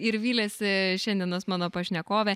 ir vylėsi šiandienos mano pašnekovė